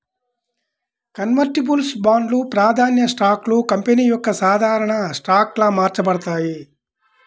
convertibles బాండ్లు, ప్రాధాన్య స్టాక్లు కంపెనీ యొక్క సాధారణ స్టాక్గా మార్చబడతాయి